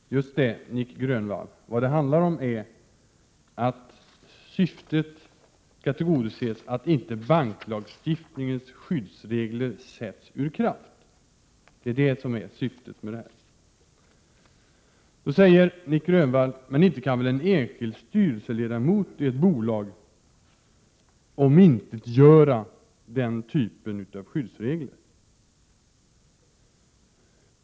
Herr talman! Just det, Nic Grönvall! Vad det handlar om är att tillgodose syftet att banklagstiftningens skyddsregler inte sätts ur spel. Då säger Nic Grönvall: Inte kan väl en enskild styrelseledamot i ett bolag omintetgöra den typen av skyddsregler.